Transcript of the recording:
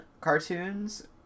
cartoons